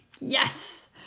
yes